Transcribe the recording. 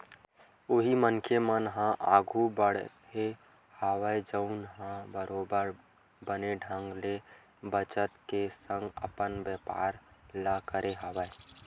उही मनखे मन ह आघु बड़हे हवय जउन ह बरोबर बने ढंग ले बचत के संग अपन बेपार ल करे हवय